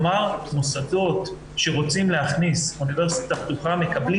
כלומר מוסדות שרוצים להכניס אוניברסיטה פתוחה מקבלים